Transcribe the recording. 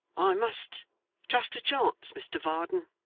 i must trust to chance, mr varden